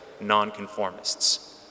nonconformists